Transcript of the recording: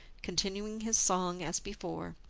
continuing his song as before.